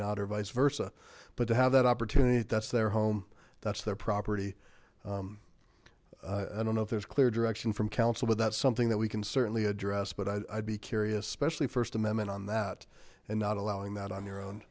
not or vice versa but to have that opportunity that's their home that's their property i don't know if there's clear direction from council but that's something that we can certainly address but i'd be curious specially first amendment on that and not allowing that on your own